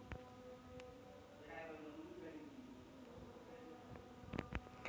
आतापर्यंत पेट्रोलवर जी.एस.टी लावला नाही, तो कधी लागू होईल माहीत नाही